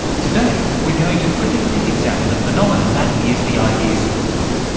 today we're going to critically examine the phenomenon that is the ideas festival,